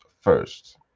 first